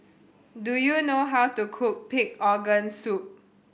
do you know how to cook pig organ soup